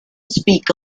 speak